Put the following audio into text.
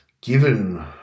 given